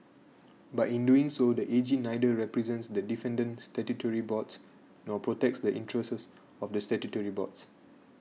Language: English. but in doing so the A G neither represents the defendant statutory boards nor protects the interests of the statutory boards